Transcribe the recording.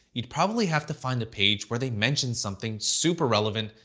you'd probably have to find a page where they mention something super-relevant,